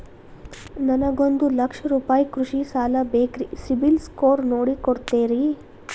ನನಗೊಂದ ಲಕ್ಷ ರೂಪಾಯಿ ಕೃಷಿ ಸಾಲ ಬೇಕ್ರಿ ಸಿಬಿಲ್ ಸ್ಕೋರ್ ನೋಡಿ ಕೊಡ್ತೇರಿ?